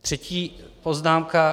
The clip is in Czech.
Třetí poznámka.